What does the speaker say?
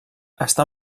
està